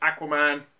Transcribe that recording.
Aquaman